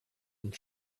and